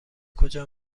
کجا